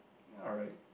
alright